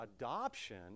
adoption